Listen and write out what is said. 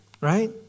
Right